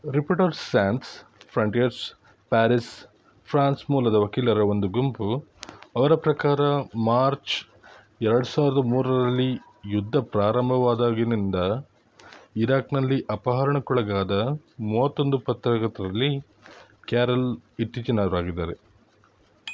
reporters Sans Frontières Paris France ಮೂಲದ ವಕೀಲರ ಒಂದು ಗುಂಪು ಅವರ ಪ್ರಕಾರ ಮಾರ್ಚ್ ಎರಡು ಸಾವಿರದ ಮೂರರಲ್ಲಿ ಯುದ್ಧ ಪ್ರಾರಂಭವಾದಾಗಿನಿಂದ ಇರಾಕ್ನಲ್ಲಿ ಅಪಹರಣಕ್ಕೊಳಗಾದ ಮೂವತ್ತೊಂದು ಪತ್ರಕರ್ತರಲ್ಲಿ ಕ್ಯಾರೊಲ್ ಇತ್ತೀಚಿನವರಾಗಿದ್ದಾರೆ